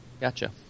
Gotcha